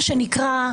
מה שנקרא,